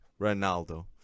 Ronaldo